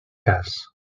cas